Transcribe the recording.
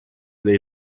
dei